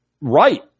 right